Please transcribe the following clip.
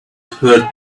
hurt